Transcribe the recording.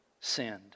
sinned